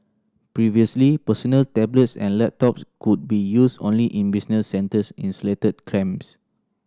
previously personal tablets and laptops could be used only in business centres in selected